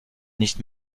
nicht